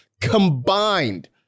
combined